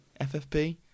FFP